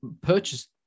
purchase